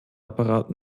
apparat